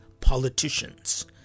politicians